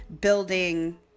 building